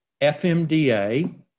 FMDA